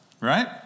right